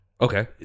Okay